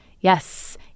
Yes